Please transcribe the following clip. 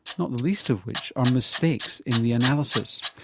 not the least of which are mistakes in the analysis.